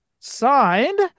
signed